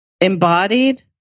embodied